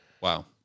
wow